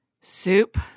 soup